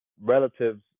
relatives